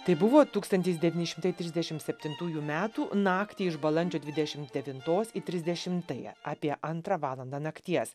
tai buvo tūkstantis devyni šimtai trisdešimt septintųjų metų naktį iš balandžio dvidešimt devintos į trisdešimtąją apie antrą valandą nakties